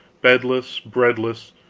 bedless, breadless